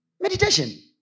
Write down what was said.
meditation